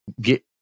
Get